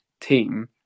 team